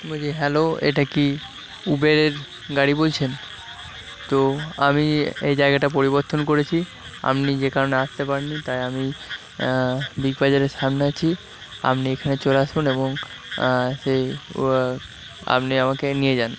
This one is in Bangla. বলছি হ্যালো এটা কি উবেরের গাড়ি বলছেন তো আমি এই জায়গাটা পরিবর্তন করেছি আপনি যে কারণে আসতে পারেননি তাই আমি বিগ বাজারের সামনে আছি আপনি এখানে চলে আসুন এবং সেই আপনি আমাকে নিয়ে যান